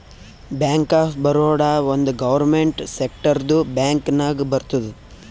bank of Baroda ಒಂದ್ government ಸೆಕ್ಟರ್ದು bank ನಾಗ್ ಬರ್ತುದ್